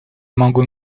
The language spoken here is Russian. могу